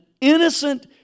innocent